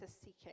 seeking